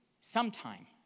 sometime